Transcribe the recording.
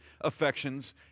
affections